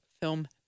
Film